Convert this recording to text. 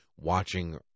watching